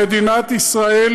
למדינת ישראל,